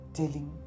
telling